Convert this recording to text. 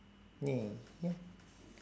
!yay! ya